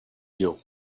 you